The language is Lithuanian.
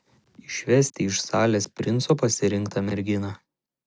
išvesti iš salės princo pasirinktą merginą